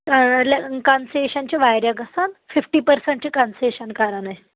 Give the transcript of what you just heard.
concession چھ واریاہ گژھان فِفٹی پرسنٹ چھ کنسیشن کران أسۍ